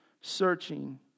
searching